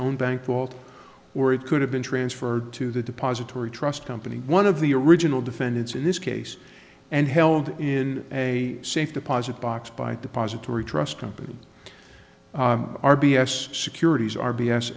own bank vault or it could have been transferred to the depository trust company one of the original defendants in this case and held in a safe deposit box by depository trust company r b s securities r b s